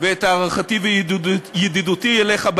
ואת הערכתי וידידותי אליך.